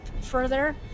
further